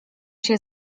się